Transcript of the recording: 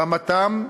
רמתן,